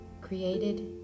created